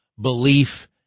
belief